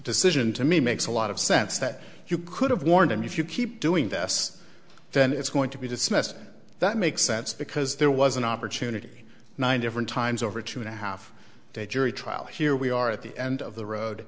decision to me makes a lot of sense that you could have warned him if you keep doing this then it's going to be dismissed and that makes sense because there was an opportunity nine different times over two and a half day jury trial here we are at the end of the road